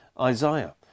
Isaiah